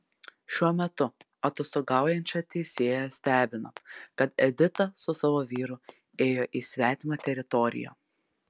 šiuo metu atostogaujančią teisėją stebina kad edita su savo vyru ėjo į svetimą teritoriją